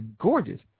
gorgeous